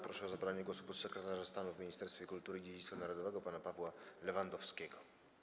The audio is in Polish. Proszę o zabranie głosu podsekretarza stanu w Ministerstwie Kultury i Dziedzictwa Narodowego pana Pawła Lewandowskiego.